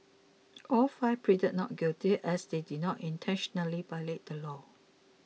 all five pleaded not guilty as they did not intentionally violate the law